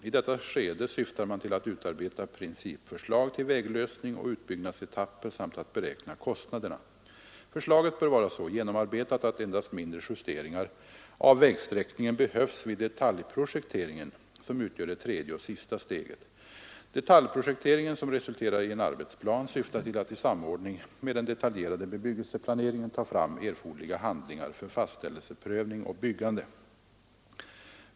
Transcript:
I detta skede syftar man till att utarbeta principförslag till väglösning och utbyggnadsetapper samt att beräkna kostnaderna. Förslaget bör vara så genomarbetat att endast mindre justeringar av vägsträckningen behövs vid detaljprojekteringen som utgör det tredje och sista steget. Detaljprojekteringen, som resulterar i en arbetsplan, syftar till att i samordning med den detaljerade bebyggelseplaneringen ta fram erforderliga handlingar för fastställelseprövning och byggande.